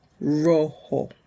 rojo